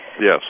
yes